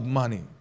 money